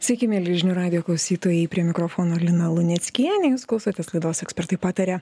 sveiki mieli žinių radijo klausytojai prie mikrofono lina luneckienė jūs klausotės laidos ekspertai pataria